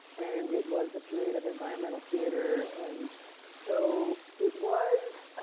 and it was a period of environmental theater. and so it was,